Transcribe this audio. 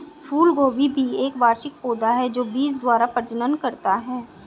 फूलगोभी एक वार्षिक पौधा है जो बीज द्वारा प्रजनन करता है